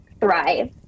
thrive